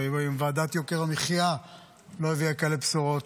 אם ועדת יוקר המחיה לא הביאה כאלה בשורות,